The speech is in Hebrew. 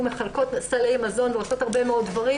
מחלקות סלי מזון ועושות הרבה מאוד דברים.